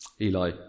Eli